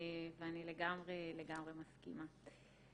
ואני לגמרי לגמרי מסכימה.